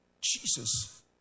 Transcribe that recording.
Jesus